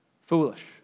foolish